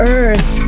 earth